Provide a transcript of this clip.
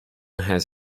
has